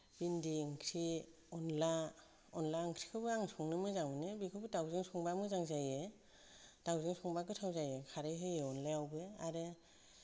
भिन्दि ओंख्रि अनद्ला अनद्ला ओंख्रिखौबो आं संनो मोजां मोनो बेखौबो दाउजों संबा मोजां जायो दाउजों संबा गोथाव जायो खारै होयो अनद्लायावबो आरो